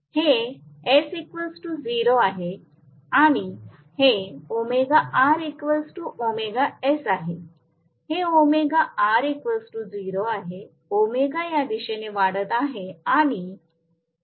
हे आहे आणि हे आहे हे आहे या दिशेने वाढत आहे आणि हे Te आहे